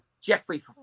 Jeffrey